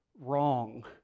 wrong